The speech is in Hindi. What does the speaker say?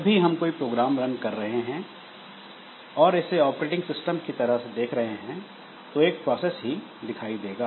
जब भी हम कोई प्रोग्राम रन कर रहे हैं और इसे ऑपरेटिंग सिस्टम की तरह से देखें तो एक प्रोसेस ही दिखाई देगा